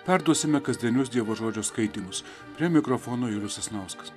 perduosime kasdienius dievo žodžio skaitymus prie mikrofono julius sasnauskas